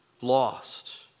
Lost